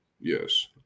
yes